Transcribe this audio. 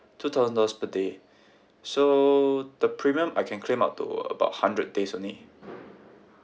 two thousand dollars per day so the premium I can claim up to about hundred days only